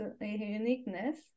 uniqueness